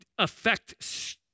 affect